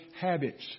habits